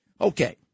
Okay